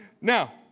Now